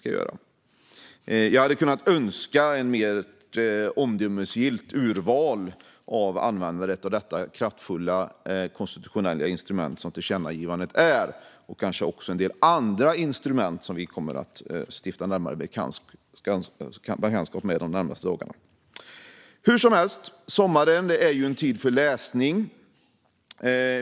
Jag hade kanske önskat ett mer omdömesgillt urval när det gäller användandet av det kraftfulla konstitutionella instrument som tillkännagivandet innebär - och kanske också av en del andra instrument som vi kommer att stifta närmare bekantskap med under de kommande dagarna. Hur som helst! Sommaren är en tid för läsning.